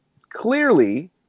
Clearly